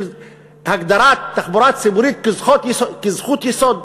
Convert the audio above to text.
של הגדרת תחבורה ציבורית כזכות יסוד